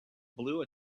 blue